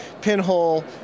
pinhole